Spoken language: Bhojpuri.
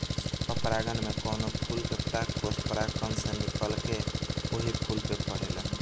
स्वपरागण में कवनो फूल के परागकोष परागण से निकलके ओही फूल पे पड़ेला